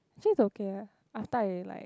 actually is okay leh after I like